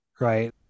right